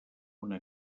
una